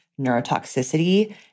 neurotoxicity